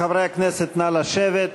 חברי הכנסת, נא לשבת.